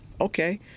okay